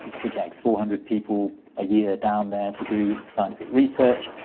projects four hundred people a year down there to do scientific research,